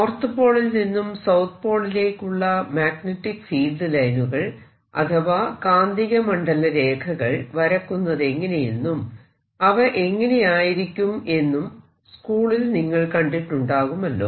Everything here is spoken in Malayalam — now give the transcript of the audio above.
നോർത്ത് പോളിൽ നിന്നും സൌത്ത് പോളിലേക്കുള്ള മാഗ്നെറ്റിക് ഫീൽഡ് ലൈനുകൾ അഥവാ കാന്തിക മണ്ഡല രേഖകൾ വരക്കുന്നത് എങ്ങനെയെന്നും അവ എങ്ങനെയായിരിക്കും എന്നും സ്കൂളിൽ നിങ്ങൾ കണ്ടിട്ടുണ്ടാകുമല്ലോ